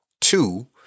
Two